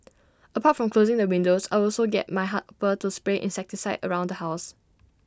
apart from closing the windows I also get my helper to spray insecticide around the house